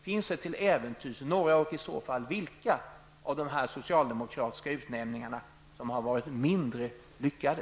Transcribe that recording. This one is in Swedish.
Finns det till äventyrs några, och i så fall vilka, av de här socialdemokratiska utnämningarna som har varit mindre lyckade?